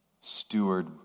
steward